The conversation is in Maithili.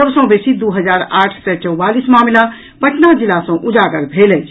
सभ सँ बेसी दू हजार आठ सय चौआलीस मामिला पटना जिला सँ उजागर भेल अछि